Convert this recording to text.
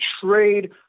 trade